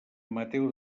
mateu